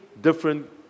different